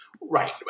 Right